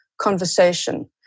conversation